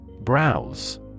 Browse